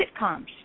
sitcoms